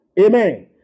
amen